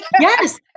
yes